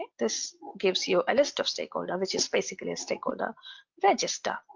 this gives you a list of stakeholder, which is basically a stakeholder register